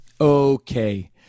Okay